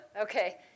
okay